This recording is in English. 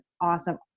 awesome